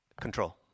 Control